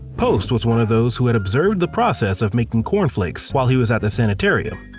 post was one of those who had observed the process of making corn flakes while he was at the sanitarium.